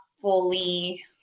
fully